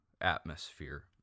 atmosphere